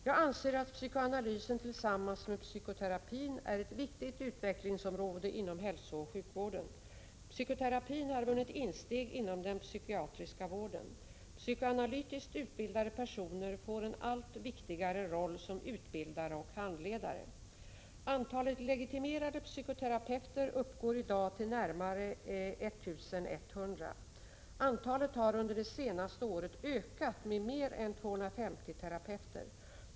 Jag anser att psykoanalysen tillsammans med psykoterapin är ett viktigt utvecklingsområde inom hälsooch sjukvården. Psykoterapin har vunnit insteg inom den psykiatriska vården. Psykoanalytiskt utbildade personer får en allt viktigare roll som utbildare och handledare. Antalet legitimerade psykoterapeuter uppgår i dag till närmare 1 100. Antalet har under det senaste året ökat med mer än 250 terapeuter.